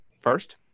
first